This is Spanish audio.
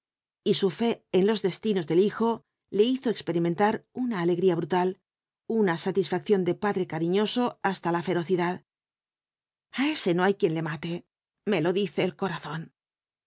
y su fe en los destinos del hijo le hizo experimentar una alegría brutal una satisfacción de padre cariñoso hasta la ferocidad a ese no hay quien le mate me lo dice el corazón